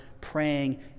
praying